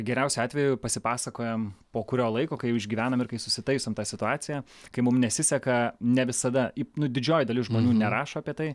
geriausiu atveju pasipasakojam po kurio laiko kai jau išgyvenam ir kai susitaisom tą situaciją kai mum nesiseka ne visada įp nu didžioji dalis žmonių nerašo apie tai